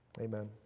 Amen